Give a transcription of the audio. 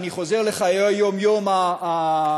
אני חוזר לחיי היום-יום הקשים,